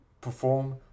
perform